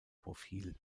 profil